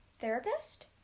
Therapist